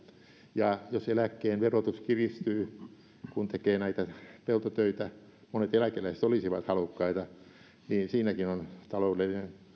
ja jos eläkkeen verotus kiristyy kun tekee näitä peltotöitä monet eläkeläiset olisivat halukkaita niin siinäkin on taloudellinen